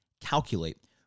Calculate